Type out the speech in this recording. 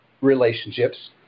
relationships